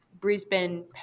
Brisbane